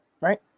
Right